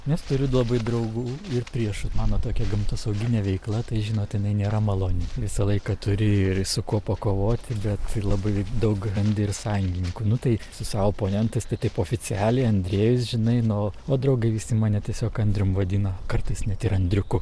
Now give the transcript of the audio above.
nes turiu labai draugų ir priešų mano tokia gamtosauginė veikla tai žinot jinai nėra maloni visą laiką turi ir su kuo pakovoti bet labai daug randi ir sąjungininkų nu tai su savo oponentais tai taip oficialiai andrejus žinai nu o draugai visi mane tiesiog andrium vadina kartais net ir andriuku